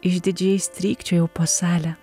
išdidžiai strykčiojau po salę